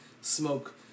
smoke